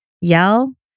yell